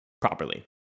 properly